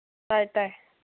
ꯇꯥꯏ ꯇꯥꯏ